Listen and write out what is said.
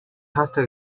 таатай